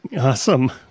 Awesome